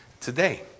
today